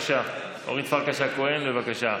אורית פרקש הכהן, בבקשה.